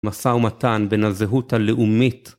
מסר מתן בין הזהות הלאומית